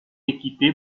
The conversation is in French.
équipée